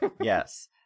Yes